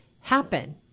happen